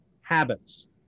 habits